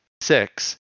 six